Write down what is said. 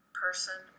person